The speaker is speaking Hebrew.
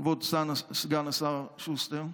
כבוד סגן השר שוסטר,